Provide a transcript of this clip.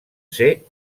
ser